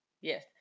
Yes